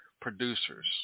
producers